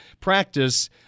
practice